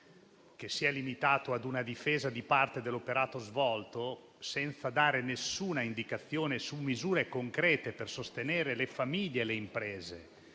che si è limitato ad una difesa di parte dell'operato svolto, senza dare nessuna indicazione su misure concrete per sostenere le famiglie e le imprese